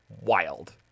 Wild